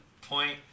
point